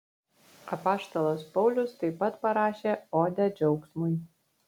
apaštalas paulius taip pat parašė odę džiaugsmui